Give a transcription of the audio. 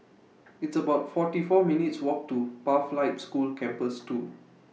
It's about forty four minutes' Walk to Pathlight School Campus two